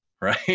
right